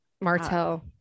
Martell